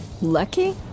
Lucky